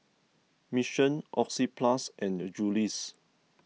Mission Oxyplus and Julie's